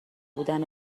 بودن